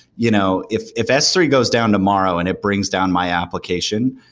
you know if if s three goes down tomorrow and it brings down my application,